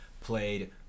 played